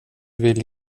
vill